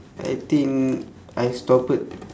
I think I stopped